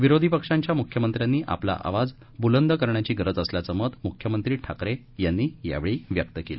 विरोधी पश्चांच्या मुख्यमंत्र्यांनी आपला आवाज बुलंद करण्याची गरज असल्याचं मत मुख्यमंत्री ठाकरे यांनी यावेळी व्यक्त केलं